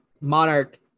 Monarch